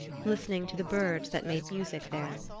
listening to the birds that made music there.